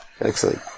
Excellent